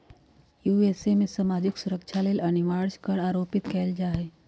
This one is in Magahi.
यू.एस.ए में सामाजिक सुरक्षा लेल अनिवार्ज कर आरोपित कएल जा हइ